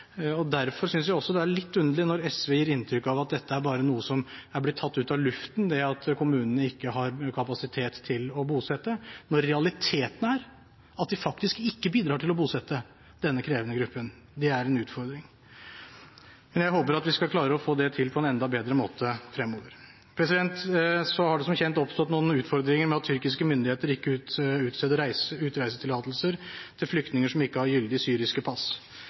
omhandler. Derfor synes jeg også det er litt underlig når SV gir inntrykk av at det bare er noe som er blitt tatt ut av luften, det at kommunene ikke har kapasitet til å bosette, når realiteten er at de faktisk ikke bidrar til å bosette denne krevende gruppen. Det er en utfordring. Men jeg håper at vi skal klare å få det til på en enda bedre måte fremover. Det har som kjent oppstått noen utfordringer med at tyrkiske myndigheter ikke utsteder utreisetillatelser til flyktninger som ikke har gyldige syriske pass.